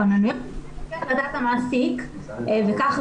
הכונניות --- וכך ראוי --- לא,